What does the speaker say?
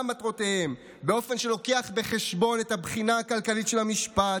מטרותיהם באופן שלוקח בחשבון את הבחינה הכלכלית של המשפט,